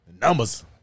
Numbers